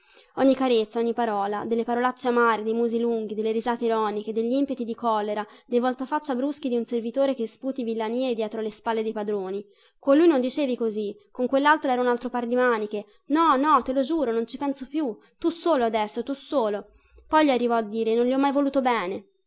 ogni carezza ogni parola delle parolacce amare dei musi lunghi delle risate ironiche degli impeti di collera dei voltafaccia bruschi di servitore che sputi villanie dietro le spalle dei padroni con lui non dicevi così con quellaltro era un altro par di maniche no no te lo giuro non ci penso più tu solo adesso tu solo poi gli arrivò a dire non gli ho mai voluto bene